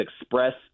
expressed